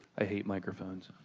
ah hate microphones.